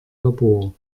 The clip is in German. labor